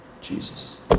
Jesus